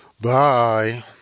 bye